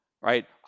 Right